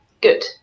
good